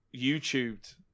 YouTubed